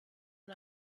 and